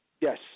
Yes